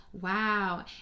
Wow